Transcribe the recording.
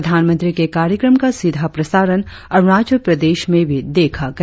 प्रधानमंत्री के कार्यक्रम का सीधा प्रसारण अरुणाचल प्रदेश में भी देखा गया